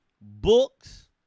books